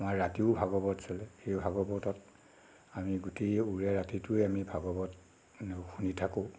আমাৰ ৰাতিও ভাগৱত চলে সেই ভাগৱতত আমি গোটেই ওৰে ৰাতিটোৱে আমি ভাগৱত মানে শুনি থাকোঁ